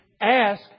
ask